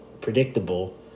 predictable